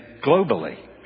globally